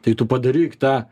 tai tu padaryk tą